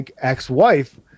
ex-wife